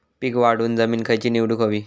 पीक वाढवूक जमीन खैची निवडुक हवी?